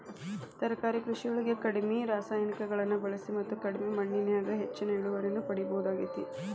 ತರಕಾರಿ ಕೃಷಿಯೊಳಗ ಕಡಿಮಿ ರಾಸಾಯನಿಕಗಳನ್ನ ಬಳಿಸಿ ಮತ್ತ ಕಡಿಮಿ ಮಣ್ಣಿನ್ಯಾಗ ಹೆಚ್ಚಿನ ಇಳುವರಿಯನ್ನ ಪಡಿಬೋದಾಗೇತಿ